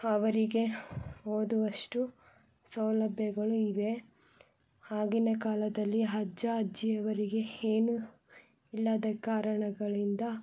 ಅವರಿಗೆ ಓದುವಷ್ಟು ಸೌಲಭ್ಯಗಳು ಇವೆ ಆಗಿನ ಕಾಲದಲ್ಲಿ ಅಜ್ಜ ಅಜ್ಜಿ ಅವರಿಗೆ ಏನೂ ಇಲ್ಲದ ಕಾರಣಗಳಿಂದ